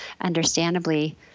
understandably